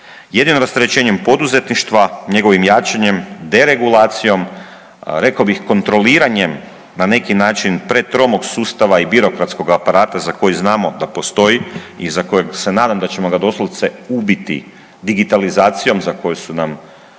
Jedino rasterećenjem poduzetništva, njegovim jačanjem, deregulacijom, rekao bih kontroliranjem, na neki način pretromog sustava i birokratskog aparata za koji znamo da postoji, i za kojeg se nadam da ćemo ga doslovce ubiti digitalizacijom za koju su nam osigurana